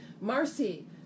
Marcy